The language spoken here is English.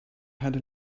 had